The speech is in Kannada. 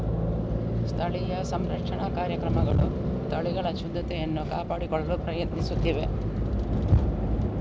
ಸ್ಥಳೀಯ ಸಂರಕ್ಷಣಾ ಕಾರ್ಯಕ್ರಮಗಳು ತಳಿಗಳ ಶುದ್ಧತೆಯನ್ನು ಕಾಪಾಡಿಕೊಳ್ಳಲು ಪ್ರಯತ್ನಿಸುತ್ತಿವೆ